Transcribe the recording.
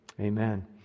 Amen